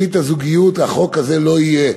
ברית הזוגיות, החוק הזה לא יהיה.